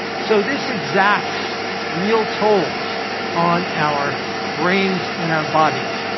so this exacts real tolls on our brains and our bodies.